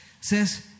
says